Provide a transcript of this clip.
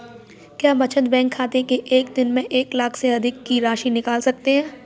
क्या बचत बैंक खाते से एक दिन में एक लाख से अधिक की राशि निकाल सकते हैं?